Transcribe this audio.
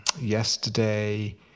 yesterday